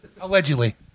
Allegedly